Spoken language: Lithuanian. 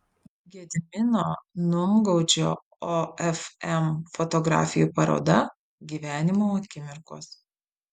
gedimino numgaudžio ofm fotografijų paroda gyvenimo akimirkos